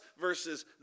versus